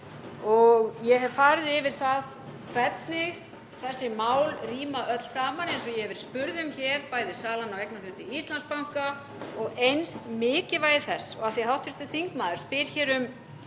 Ég hef farið yfir það hvernig þessi mál ríma öll saman, eins og ég hef verið spurð um hér, bæði salan á eignarhlut í Íslandsbanka og eins mikilvægi þess — af því að hv. þingmaður spyr hér um